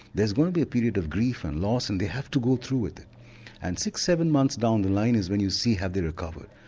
there's going to be a period of grief and loss and they have to go through it and six, seven months down the line is when you see have they recovered.